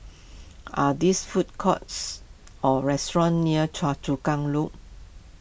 are there food courts or restaurants near Choa Chu Kang Loop